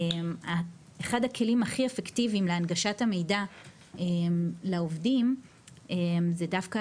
אחד הכלים הכי אפקטיביים להנגשת המידע לעובדים זה דווקא